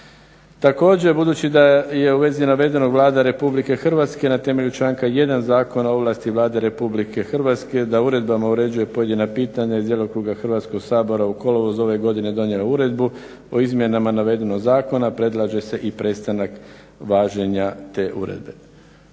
Također budući da je u vezi navedenog Vlada RH na temelju članka 1. Zakona o ovlasti Vlade RH da uredbama uređuje pojedina pitanja iz djelokruga Hrvatskog sabora u kolovozu ove godine donijela uredbu o izmjenama navedenog zakona predlaže se i prestanak važenja te uredbe.